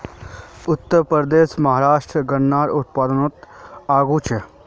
उत्तरप्रदेश, महाराष्ट्र गन्नार उत्पादनोत आगू छे